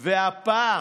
והפעם,